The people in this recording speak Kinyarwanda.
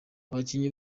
abakinnyi